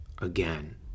again